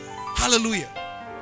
Hallelujah